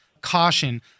caution